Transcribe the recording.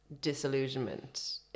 disillusionment